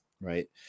right